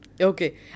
Okay